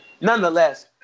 nonetheless